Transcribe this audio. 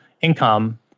income